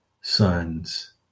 sons